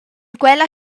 quella